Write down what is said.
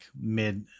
mid